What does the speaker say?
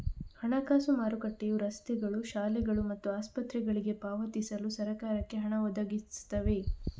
ಹಣಕಾಸು ಮಾರುಕಟ್ಟೆಯು ರಸ್ತೆಗಳು, ಶಾಲೆಗಳು ಮತ್ತು ಆಸ್ಪತ್ರೆಗಳಿಗೆ ಪಾವತಿಸಲು ಸರಕಾರಕ್ಕೆ ಹಣ ಒದಗಿಸ್ತವೆ